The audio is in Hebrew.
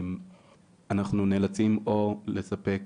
אנחנו נאלצים, או לספק